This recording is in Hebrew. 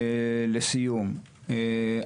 לסיום,